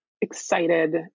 excited